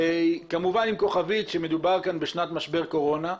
כמובן עם כוכבית שמדובר כאן בשנת משבר קורונה,